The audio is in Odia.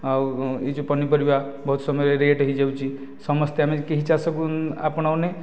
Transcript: ଆଉ ଏ ଯେଉଁ ପନିପରିବା ବହୁତ ସମୟରେ ରେଟ ହୋଇଯାଉଛି ସମସ୍ତେ ଆମେ କେହି ଚାଷକୁ ଆପଣାଉନେ